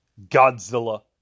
Godzilla